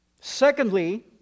Secondly